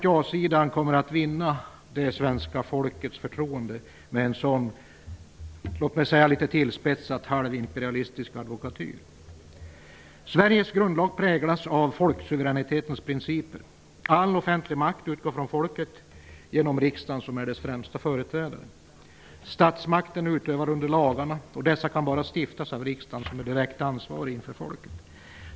Jasidan kommer inte att vinna det svenska folkets förtroende med en sådan -- lite tillspetsat-- halvimperialistisk advokatyr. Sveriges grundlag präglas av folksuveränitetens principer. All offentlig makt utgår från folket genom riksdagen som är dess främsta företrädare. Statsmakten utövas under lagarna och dessa kan bara stiftas av riksdagen som är direkt ansvarig inför folket.